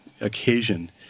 occasion